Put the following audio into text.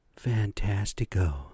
fantastico